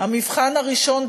המבחן הראשון,